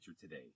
today